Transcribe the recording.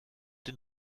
den